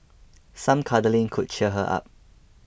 some cuddling could cheer her up